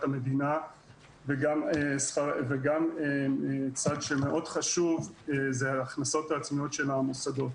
המדינה וגם צד מאוד חשוב זה ההכנסות העצמיות של המוסדות.